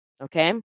okay